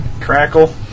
Crackle